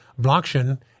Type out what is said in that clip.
blockchain